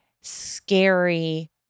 scary